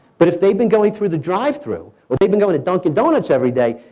but if they've been going through the drive thru. or they've been going to dunkin' donuts every day,